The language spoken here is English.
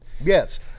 yes